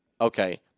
Okay